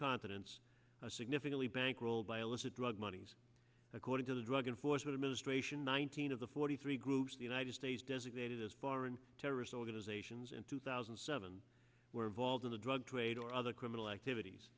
are significantly bankrolled by alyssa drug money according to the drug enforcement administration nineteen of the forty three groups the united states designated as foreign terrorist organizations in two thousand and seven were involved in the drug trade or other criminal activities